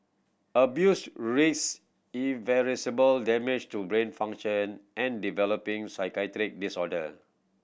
abuse risk irreversible damage to brain function and developing psychiatric disorder